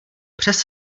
přes